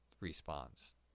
response